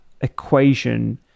equation